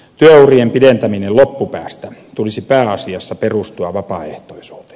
työurien pidentämisen loppupäästä tulisi pääasiassa perustua vapaaehtoisuuteen